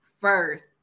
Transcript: first